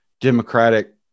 Democratic